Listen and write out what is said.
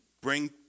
bring